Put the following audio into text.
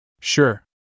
Sure